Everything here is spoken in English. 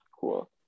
cool